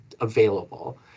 available